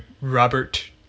Robert